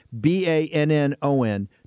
B-A-N-N-O-N